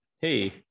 hey